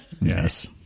Yes